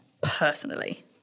personally